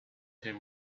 him